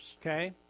okay